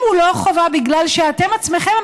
אם הוא לא חובה בגלל שאתם עצמכם,